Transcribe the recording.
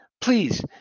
please